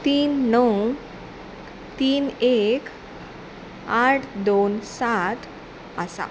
तीन णव तीन एक आठ दोन सात आसा